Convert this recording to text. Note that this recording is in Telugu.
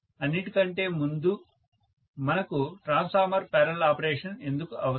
అన్నింటి కంటే ముందుగా మనకు ట్రాన్స్ఫార్మర్ల పారలల్ ఆపరేషన్ ఎందుకు అవసరం